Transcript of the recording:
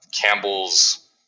Campbell's